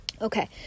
okay